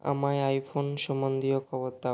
আমায় আইফোন সম্বন্ধীয় খবর দাও